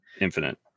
Infinite